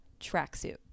tracksuit